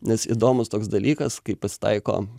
nes įdomus toks dalykas kai pasitaiko